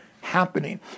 happening